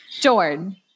Jordan